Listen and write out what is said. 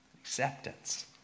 acceptance